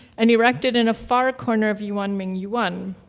and erected in a far corner of yuanmingyuan.